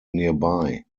nearby